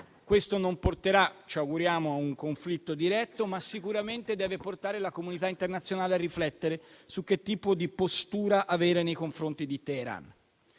che non porterà a un conflitto diretto, ma sicuramente deve portare la comunità internazionale a riflettere su che tipo di postura avere nei confronti di Teheran.